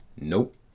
Nope